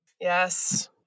Yes